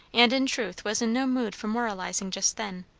and in truth was in no mood for moralizing just then.